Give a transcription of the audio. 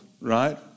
right